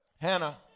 Hannah